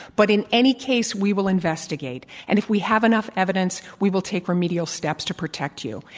but in any case, we will investigate. and if we have enough evidence, we will take remedial steps to protect you.